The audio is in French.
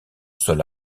sol